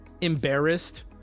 embarrassed